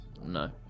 No